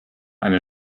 eine